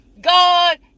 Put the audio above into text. God